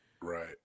Right